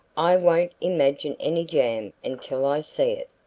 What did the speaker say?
i won't imagine any jam until i see it.